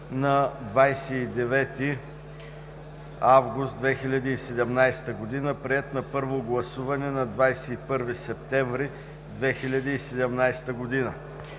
на 29 август 2017 г., приет на първо гласуване на 21 септември 2017 г.